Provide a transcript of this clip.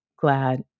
glad